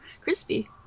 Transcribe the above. crispy